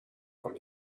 from